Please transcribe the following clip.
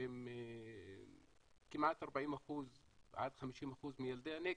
שהם כמעט 40% עד 50% מילדי הנגב,